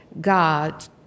God